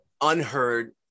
unheard